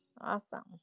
Awesome